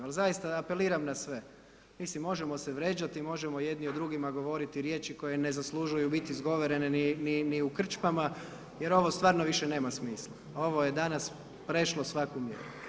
Ali zaista apeliram na sve, mislim možemo se vrijeđati, možemo jedni o drugima govoriti riječi koje ne zaslužuju biti izgovorene ni u krčmama jer ovo stvarno više nema smisla, ovo je danas prešlo svaku mjeru.